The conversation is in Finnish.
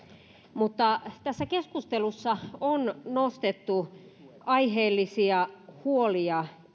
mutta tässä keskustelussa on nostettu esiin aiheellisia huolia